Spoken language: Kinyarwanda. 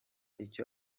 icyo